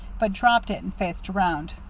but dropped it and faced around.